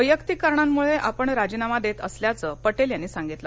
वैयक्तिक कारणांमुळे आपण राजीनामा देत असल्याचं पटेल यांनी सांगितलं